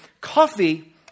coffee